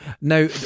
Now